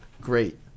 great